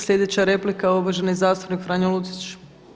Sljedeća replika uvaženi zastupnik Franjo Lucić.